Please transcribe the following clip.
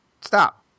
stop